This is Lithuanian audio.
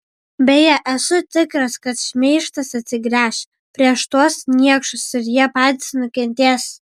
beje esu tikras kad šmeižtas atsigręš prieš tuos niekšus ir jie patys nukentės